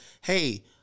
hey